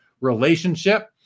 relationship